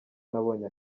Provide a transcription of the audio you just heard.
nabonye